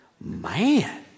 Man